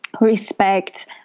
respect